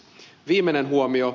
viimeinen huomio